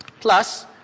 Plus